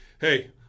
hey